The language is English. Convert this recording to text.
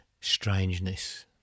strangeness